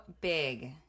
big